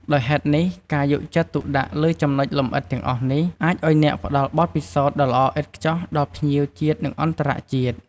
ដោយហេតុនេះការយកចិត្តទុកដាក់លើចំណុចលម្អិតទាំងអស់នេះ អាចឱ្យអ្នកផ្តល់បទពិសោធន៍ដ៏ល្អឥតខ្ចោះដល់ភ្ញៀវជាតិនិងអន្តរជាតិ។